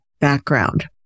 background